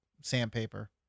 sandpaper